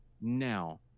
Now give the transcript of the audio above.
now